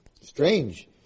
Strange